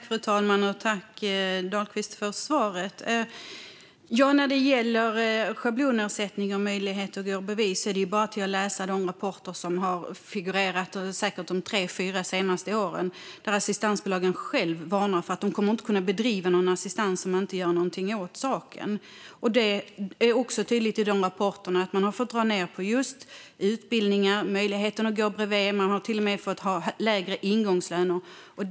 Fru talman! Tack, Mikael Dahlqvist, för svaret! När det gäller schablonersättningen och möjlighet att gå bredvid är det bara att läsa de rapporter som figurerat under säkert de tre fyra senaste åren. Där varnar assistansbolagen själva för att de inte kommer att kunna bedriva någon assistans om man inte gör någonting åt saken. Det är också tydligt i de rapporterna att man har fått dra ned på just utbildningar och möjligheten att gå bredvid. Man har till och med fått lägre ingångslöner.